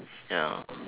ya